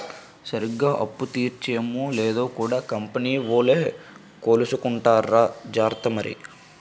సరిగ్గా అప్పు తీర్చేమో లేదో కూడా కంపెనీ వోలు కొలుసుకుంటార్రా జార్త మరి